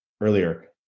earlier